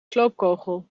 sloopkogel